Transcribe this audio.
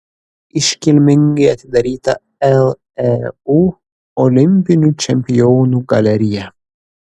iškilmingai atidaryta leu olimpinių čempionų galerija